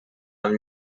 amb